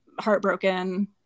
heartbroken